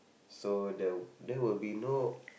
so the that will be no